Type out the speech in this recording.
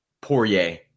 Poirier